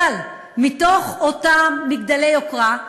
אבל מתוך אותם מגדלי יוקרה,